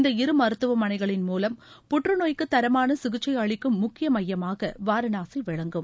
இந்த இரு மருத்துவமனைகளின் மூலம் புற்றுநோய்க்கு தரமான சிசிக்சை அளிக்கும் முக்கிய மையமாக வாரணாசி விளங்கும்